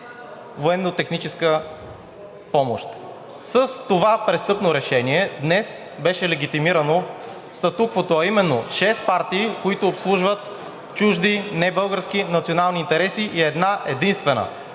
военнотехническа помощ. С това престъпно решение днес беше легитимирано статуквото, а именно: шест партии, които обслужват чужди, небългарски национални интереси, и една-единствена